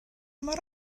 mor